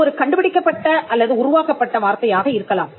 இது ஒரு கண்டுபிடிக்கப்பட்ட அல்லது உருவாக்கப்பட்ட வார்த்தையாக இருக்கலாம்